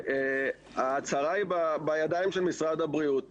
ההצהרה היא בידיים של משרד הבריאות.